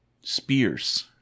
Spears